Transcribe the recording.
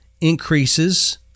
increases